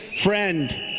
friend